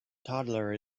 toddler